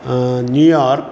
New York